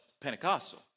Pentecostal